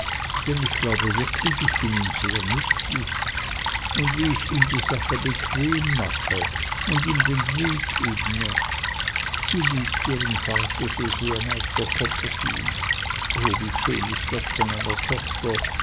denn ich glaube wirklich ich bin ihm sehr nützlich und wie ich ihm die sache bequem mache und ihm den weg ebne sie liebt ihren vater so sehr master copperfield o wie schön ist das von einer tochter